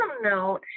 note